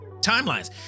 timelines